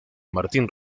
martín